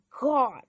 God